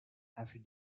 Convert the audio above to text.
after